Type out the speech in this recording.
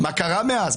מה קרה מאז,